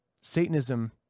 Satanism